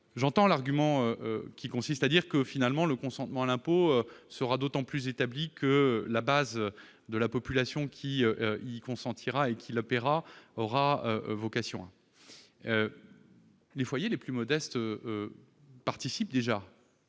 J'entends l'argument qui consiste à dire que le consentement à l'impôt sera d'autant mieux établi que la base de la population qui y consentira et le paiera sera large. Toutefois, les foyers les plus modestes participent déjà